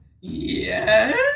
Yes